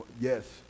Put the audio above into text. yes